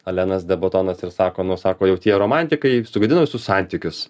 allenas debatonas ir sako nu sako jau tie romantikai sugadina visus santykius